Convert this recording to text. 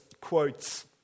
quotes